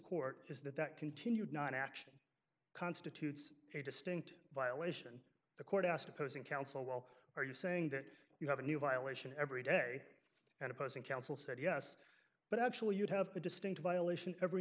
court is that that continued non action constitutes a distinct violation the court asked opposing counsel well are you saying that you have a new violation every day and opposing counsel said yes but actually you have the distinct violation every